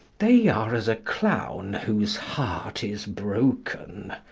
they are as a clown whose heart is broken.